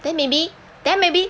then maybe then maybe